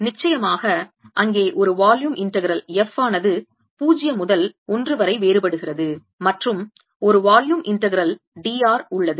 நிச்சயமாக அங்கே ஒரு வால்யூம் இண்டெக்கிரல் f ஆனது 0 முதல் 1 வரை வேறுபடுகிறது மற்றும் ஒரு வால்யூம் இண்டெக்கிரல் d r உள்ளது